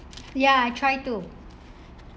ya I try to